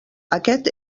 aquest